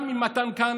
גם אם מתן כהנא,